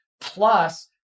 plus